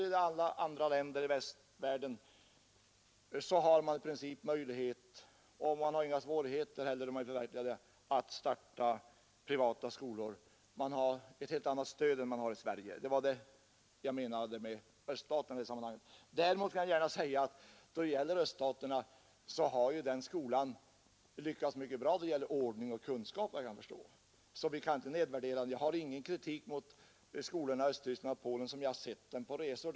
I den västliga världen har man, som sagt, möjlighet att starta privata skolor och har därvidlag ett helt annat stöd än vi kan få i Sverige. Detta var vad jag menade när jag drog in öststaterna i sammanhanget. När det gäller öststaterna kan jag gärna säga att deras skola lyckats mycket bra när det gäller ordning och kunskaper. Vi kan inte nedvärdera den, och jag riktar ingen kritik mot skolorna i Östtyskland och Polen som jag sett dem på resor.